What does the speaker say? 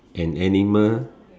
an animal